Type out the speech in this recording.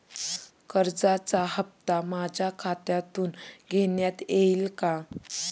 कर्जाचा हप्ता माझ्या खात्यातून घेण्यात येईल का?